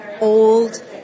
old